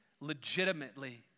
legitimately